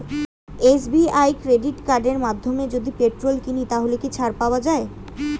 SBI credit কার্ডের মাধ্যমে যদি পেট্রোল কিনি তাহলে কি ছাড় পাওয়া যায়?